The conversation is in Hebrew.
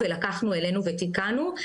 ולקחנו אלינו ותיקנו,